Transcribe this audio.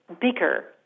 bigger